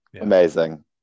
Amazing